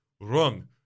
Run